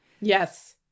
Yes